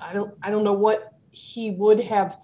i don't i don't know what he would have